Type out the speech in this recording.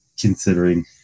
considering